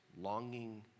longing